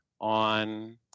on